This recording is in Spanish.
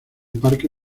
parque